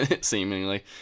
seemingly